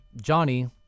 Johnny